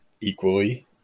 equally